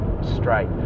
straight